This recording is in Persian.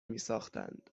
میساختند